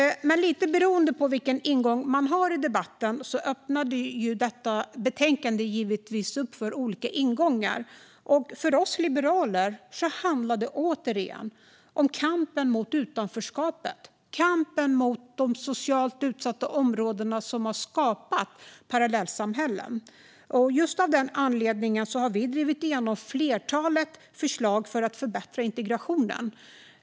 Lite beroende på vilken ingång man har i debatten öppnar detta betänkande givetvis upp för olika ingångar. För oss liberaler handlar det återigen om kampen mot utanförskapet och kampen mot de parallellsamhällen som har skapats i socialt utsatta områden. Av den anledningen har vi drivit igenom ett flertal förslag för att förbättra integrationen.